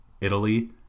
Italy